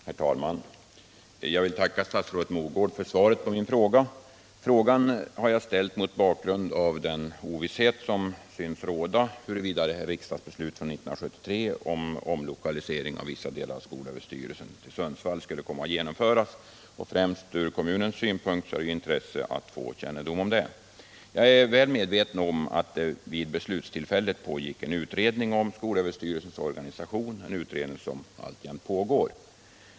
Herr talman! Jag vill tacka statsrådet Mogård för svaret på min fråga. Frågan har jag ställt mot bakgrund av den ovisshet som synes råda huruvida riksdagsbeslutet från 1973 om omlokalisering av vissa delar av skolöverstyrelsen till Sundsvall kommer att genomföras. Främst från kommunens synpunkt är det ju av intresse att få kännedom om det. Jag är väl medveten om att det vid beslutstillfället pågick en utredning om skolöverstyrelsens organisation och att den utredningen alltjämt pågår.